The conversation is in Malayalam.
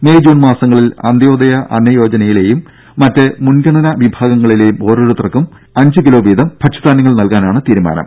മെയ് ജൂൺ മാസങ്ങളിൽ അന്ത്യോദയ അന്നയോജനയിലെയും മറ്റ് മുൻഗണനാ വിഭാഗങ്ങളിലെയും ഓരോരുത്തർക്ക് അഞ്ച് കിലോ വീതം ഭക്ഷ്യധാന്യങ്ങൾ നൽകാനാണ് തീരുമാനം